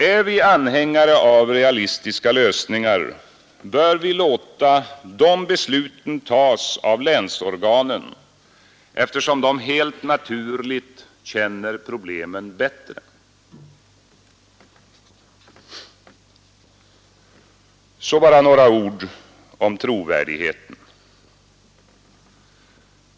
Är vi anhängare av realistiska lösningar bör vi låta de besluten tas av länsorganen, eftersom dessa helt naturligt känner problemen bättre. Så bara några ord om trovärdigheten.